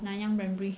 nanyang primary